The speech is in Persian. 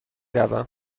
روم